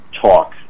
talk